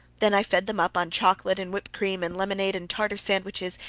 then i fed them up on chocolate and whipped cream and lemonade and tartar sandwiches,